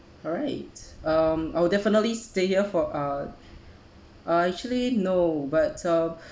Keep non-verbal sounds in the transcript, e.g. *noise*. alright um I will definitely stay here for uh uh actually no but um *breath*